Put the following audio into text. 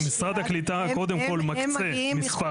משרד הקליטה, קודם כל, מקצה מספר